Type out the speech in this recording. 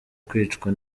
kwicwa